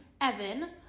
Evan